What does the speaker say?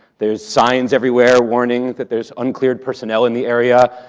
there's signs everywhere warning that there's uncleared personnel in the area.